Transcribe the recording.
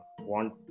want